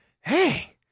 Hey